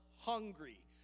hungry